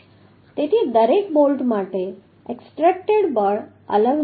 તેથી દરેક બોલ્ટ માટે એક્સટ્રેક્ટેડ બળ અલગ હશે